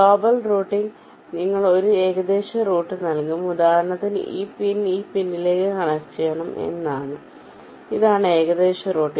global routing നിങ്ങൾക്ക് ഒരു ഏകദേശ റൂട്ട് നൽകും ഉദാഹരണത്തിന് ഈ പിൻ ഈ പിന്നിലേക്ക് കണക്ട് ചെയ്യണം ഇതാണ് ഏകദേശ റൂട്ട്